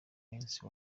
munsi